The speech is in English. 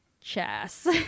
chess